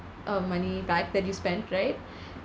um money back that you spent right